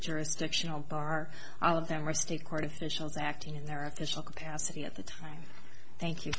jurisdictional bar all of them are state court officials acting in their official capacity at the time thank you